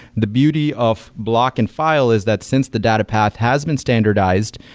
the beauty of block and file is that since the data path has been standardized,